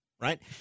right